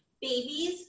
Babies